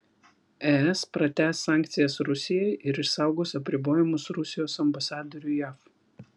es pratęs sankcijas rusijai ir išsaugos apribojimus rusijos ambasadoriui jav